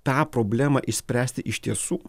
tą problemą išspręsti iš tiesų